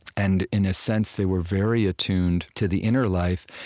and, in a sense, they were very attuned to the inner life,